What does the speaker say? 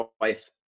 wife